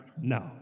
no